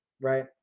right